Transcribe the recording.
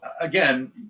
again